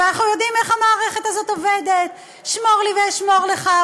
ואנחנו יודעים איך המערכת הזאת עובדת: שמור לי ואשמור לך,